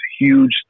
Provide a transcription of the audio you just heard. huge